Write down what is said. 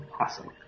awesome